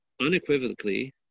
unequivocally